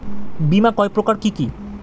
বীমা কয় প্রকার কি কি?